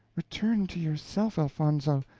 return to yourself, elfonzo,